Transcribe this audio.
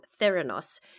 Theranos